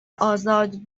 آزاد